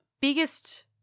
biggest